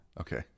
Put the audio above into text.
okay